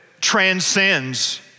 transcends